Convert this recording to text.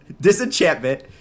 disenchantment